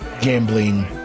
gambling